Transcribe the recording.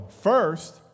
First